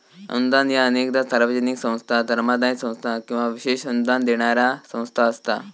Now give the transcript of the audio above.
अनुदान ह्या अनेकदा सार्वजनिक संस्था, धर्मादाय संस्था किंवा विशेष अनुदान देणारा संस्था असता